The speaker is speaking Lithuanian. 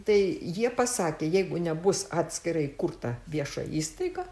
tai jie pasakė jeigu nebus atskirai įkurta viešoji įstaiga